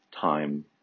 time